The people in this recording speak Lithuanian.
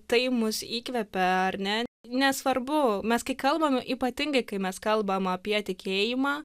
tai mus įkvepia ar ne nesvarbu mes kai kalbam ypatingai kai mes kalbam apie tikėjimą